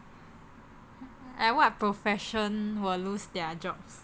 and what profession will lose their jobs